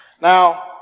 now